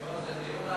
זה דיון על,